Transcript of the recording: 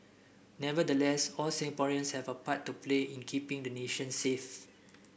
nevertheless all Singaporeans have a part to play in keeping the nation safe